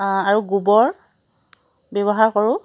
আৰু গোবৰ ব্যৱহাৰ কৰোঁ